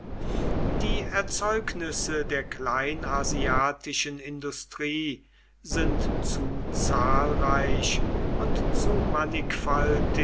die erzeugnisse der kleinasiatischen industrie sind zu zahlreich und zu mannigfaltig